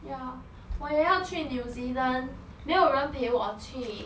ya 我也要去 new zealand 没有人陪我去